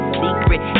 secret